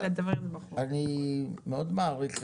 אני יכול לשאול אותך שאלה מקצועית?